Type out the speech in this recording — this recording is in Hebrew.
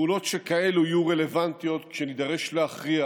פעולות שכאלה יהיו רלוונטיות כשנידרש להכריע